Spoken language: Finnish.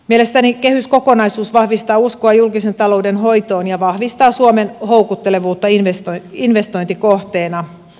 mielestäni kehyskokonaisuus vahvistaa uskoa julkisen talouden hoitoon ja vahvistaa suomen houkuttelevuutta investointikohteena